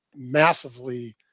massively